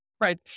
right